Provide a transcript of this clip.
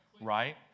Right